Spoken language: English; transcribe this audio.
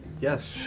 Yes